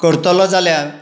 करतलो जाल्यार